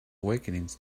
awakenings